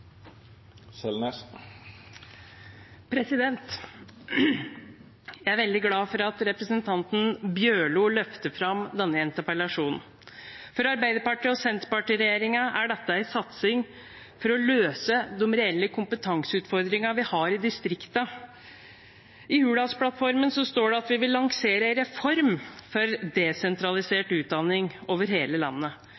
Jeg er veldig glad for at representanten Bjørlo løfter fram denne interpellasjonen. For Arbeiderparti–Senterparti-regjeringen er dette er en satsing for å løse de reelle kompetanseutfordringene vi har i distriktene. I Hurdalsplattformen står det at vi vil lansere en reform for